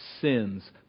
Sin's